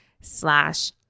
slash